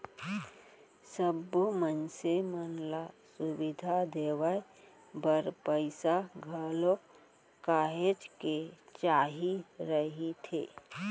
सब्बो मनसे मन ल सुबिधा देवाय बर पइसा घलोक काहेच के चाही रहिथे